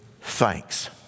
thanks